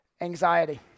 anxiety